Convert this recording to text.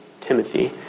Timothy